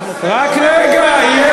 מה וד"לים?